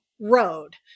road